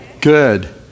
Good